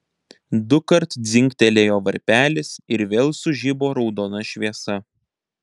dukart dzingtelėjo varpelis ir vėl sužibo raudona šviesa